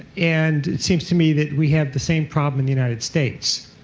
and it seems to me that we have the same problem in the united states.